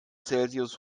celsius